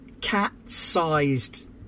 cat-sized